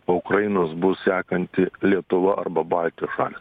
po ukrainos bus sekanti lietuva arba baltijos šalys